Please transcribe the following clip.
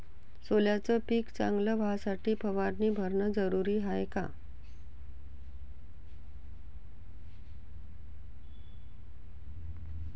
सोल्याचं पिक चांगलं व्हासाठी फवारणी भरनं जरुरी हाये का?